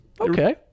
okay